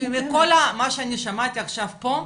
מכל מה ששמעתי עכשיו פה,